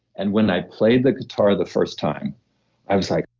and when i played the guitar the first time i was like,